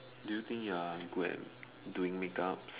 do you think you are good at doing make-ups